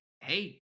hey